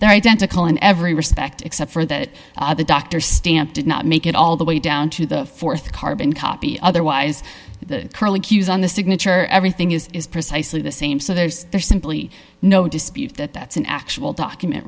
the identical in every respect except for that the doctor stamp did not make it all the way down to the th carbon copy otherwise the curlicues on the signature everything is is precisely the same so there's simply no dispute that that's an actual document